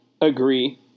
agree